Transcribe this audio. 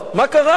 מה קרה?